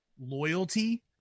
loyalty